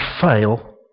fail